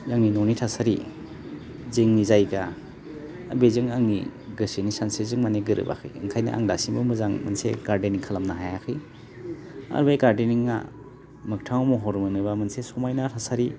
आंनि न'नि थासारि जोंनि जायगा बेजों आंनि गोसोनि सानस्रिजों मानि गोरोबाखै ओंखायनो आं दासिमबो मोजां मोनसे गारदेनिं खालामनो हायाखै आर बे गारदेनिंआ मोगथाङाव महर मोनोबा मोनसे समायना थासारि